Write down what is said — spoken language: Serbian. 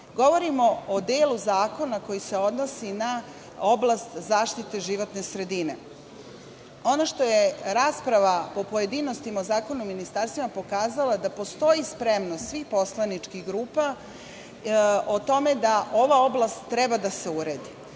Govorim o delu Zakona koji se odnosi na oblast zaštite životne sredine. Ono što je rasprava u pojedinostima o Zakonu o ministarstvima pokazala je da postoji spremnost svih poslaničkih grupa o tome da ova oblast treba da se uredi,